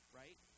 right